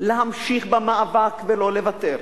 להמשיך במאבק ולא לוותר.